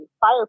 Fire